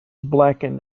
blackened